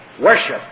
worship